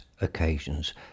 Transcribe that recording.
occasions